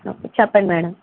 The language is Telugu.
ఓకే చెప్పండి మ్యాడమ్